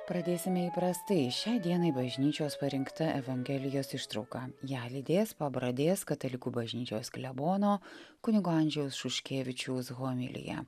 pradėsime įprastai šiai dienai bažnyčios parinkta evangelijos ištrauka ją lydės pabradės katalikų bažnyčios klebono kunigo andžejaus šuškevičiaus homilija